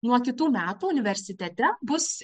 nuo kitų metų universitete bus